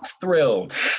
thrilled